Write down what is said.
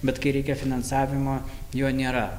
bet kai reikia finansavimo jo nėra